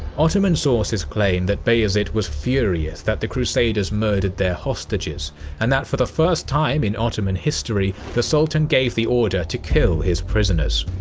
ottoman sources claimed that bayezid was furious that the crusaders murdered their hostages and that for the first time in ottoman history the sultan gave the order to kill his prisoners.